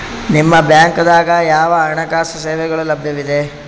ನಿಮ ಬ್ಯಾಂಕ ದಾಗ ಯಾವ ಹಣಕಾಸು ಸೇವೆಗಳು ಲಭ್ಯವಿದೆ?